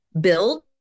build